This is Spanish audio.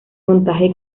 montaje